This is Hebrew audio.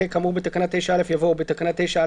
אחרי "כאמור בתקנה 9(א) יבוא: "אחרי כאמור בתקנה 9א(ג)"